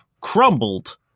crumbled